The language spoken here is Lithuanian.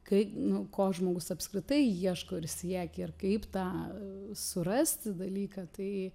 kai nu ko žmogus apskritai ieško ir siekia ir kaip tą surasti dalyką tai